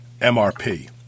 MRP